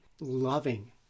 loving